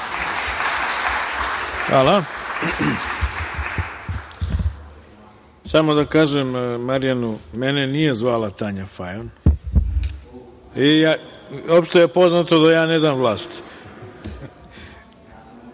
Hvala. Samo da kažem Marjanu da mene nije zvala Tanja Fajon. Opšte je poznato da ja ne dam